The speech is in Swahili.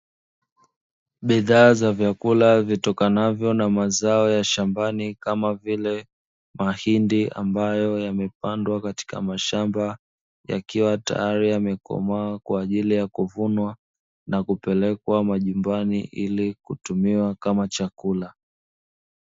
Bidhaa za vyakula vitokanavyo na mazao ya shambani kama vile mahindi ambayo yamepandwa katika mshamba yakiwa tayari yamekomaa kwa ajili ya kuvunwa na kupelekwa majumbani ili kutumiwa kama chakula.